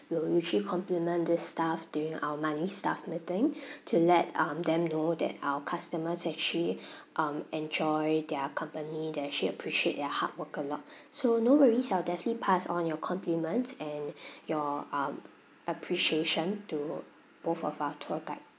we'll usually compliment this staff during our monthly staff meeting to let um them know that our customers actually um enjoy their company they actually appreciate their hard work a lot so no worries I'll definitely pass on your compliments and your um appreciation to both of our tour guide